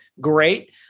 Great